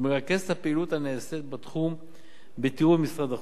והוא מרכז את הפעילות הנעשית בתחום בתיאום עם משרד החוץ,